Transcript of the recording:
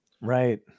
Right